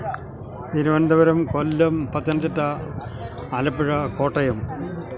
Thiruvananthapuram Kollam Pathanamthitta Alappuzha Kottayam